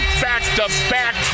back-to-back